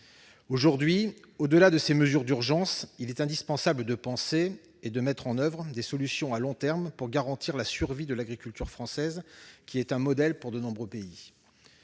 Aujourd'hui, au-delà de ces mesures d'urgence, il est indispensable de penser et de mettre en oeuvre des solutions à long terme pour garantir la survie de l'agriculture française, qui est un modèle pour de nombreux pays.